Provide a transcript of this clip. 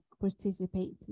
participate